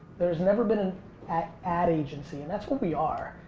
there has never been an ad ad agency, and that's what we are,